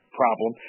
problem